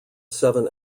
seven